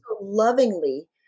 lovingly